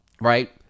Right